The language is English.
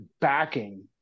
backing